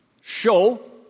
show